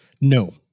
no